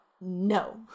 No